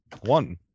one